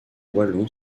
wallon